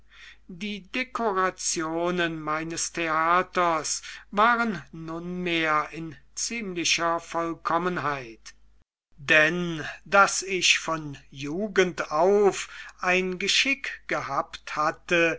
die dekorationen meines theaters waren nunmehr in ziemlicher vollkommenheit denn daß ich von jugend auf ein geschick gehabt hatte